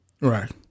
Right